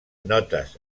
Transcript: notes